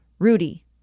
Rudy